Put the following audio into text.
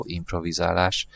improvizálás